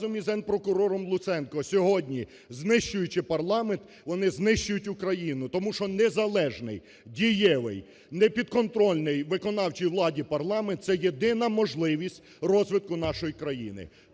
разом з Генпрокурором Луценком сьогодні, знищуючи парламент, вони знищують Україну, тому що незалежний, дієвий, непідконтрольний виконавчій владі, парламент це єдина можливість розвитку нашої країни.